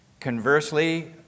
Conversely